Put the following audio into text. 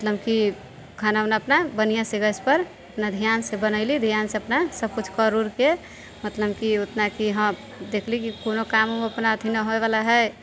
मतलब कि खाना उना अपना बढ़िआँ से गैस पर अपना ध्यान से बनयली ध्यान से अपना सब किछु कर उरके मतलब कि ओतना की हँ देख़ली कि कोनो काम अपना अथी नहि होय बला हइ